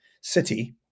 City